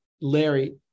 Larry